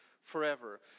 forever